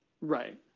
right